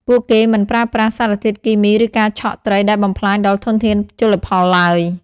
ពួកគេមិនប្រើប្រាស់ សារធាតុគីមី ឬការឆក់ត្រីដែលបំផ្លាញដល់ធនធានជលផលឡើយ។